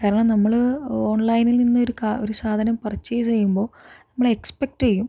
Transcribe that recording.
കാരണം നമ്മൾ ഓൺലൈനിൽ നിന്ന് ഒ ഒരു സാധനം പർച്ചെയ്സ് ചെയ്യുമ്പോൾ നമ്മൾ എക്സ്പെക്റ്റ് ചെയ്യും